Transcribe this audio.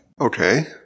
Okay